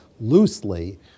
loosely